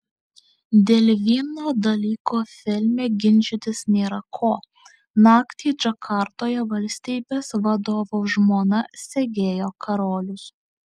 dėl vieno dalyko filme ginčytis nėra ko naktį džakartoje valstybės vadovo žmona segėjo karolius